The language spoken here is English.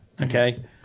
Okay